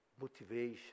motivation